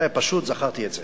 זה היה פשוט, זכרתי את זה.